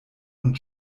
und